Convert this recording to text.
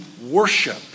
worship